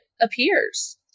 appears